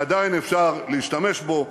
עדיין אפשר להשתמש בו,